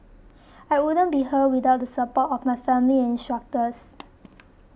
I wouldn't be here without the support of my family and instructors